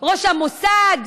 ראש המוסד,